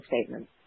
statements